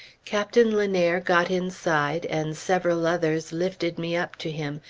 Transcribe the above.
captain lenair got inside, and several others lifted me up to him,